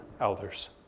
elders